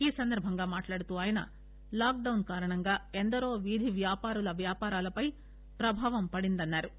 ఈ సందర్బంగా మాట్లాడుతూ ఆయన లాక్డొన్ కారణంగా ఎందరో వీధివ్యాపారుల వ్యాపారాలపై ప్రభావం పడిందని ఆయన అన్నా రు